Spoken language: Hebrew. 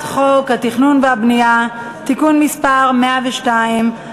חוק התכנון והבנייה (תיקון מס' 102),